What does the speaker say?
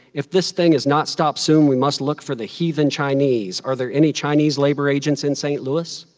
if this thing is not stopped soon, we must look for the heathen chinese, are there any chinese labor agents in st. louis?